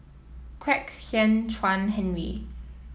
Kwek Hian Chuan Henry